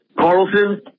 Carlson